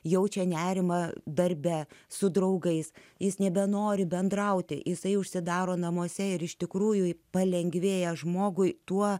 jaučia nerimą darbe su draugais jis nebenori bendrauti jisai užsidaro namuose ir iš tikrųjų palengvėja žmogui tuo